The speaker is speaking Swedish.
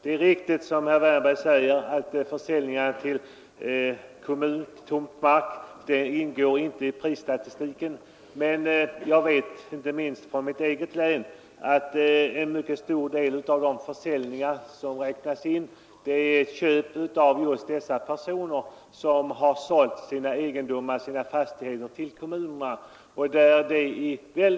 Det är riktigt som herr Wärnberg säger att försäljningar av tomtmark till kommun inte ingår i prisstatistiken. Men jag vet — inte minst genom erfarenheter från mitt eget län — att en stor del av de försäljningar som räknas in gäller fastigheter som köpts av personer som tidigare sålt sina fastigheter till kommunerna.